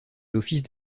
l’office